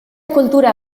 kultura